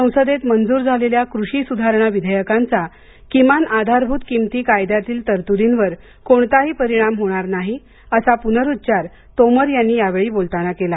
संसदेत मंजूर झालेल्या कृषी सुधारणा विधेयकांचा किमान आधारभूत किमती कायद्यातील तरतुदींवर कोणताही परिणाम होणार नाही असा पुनरुच्चार तोमर यांनी यावेळी बोलताना केला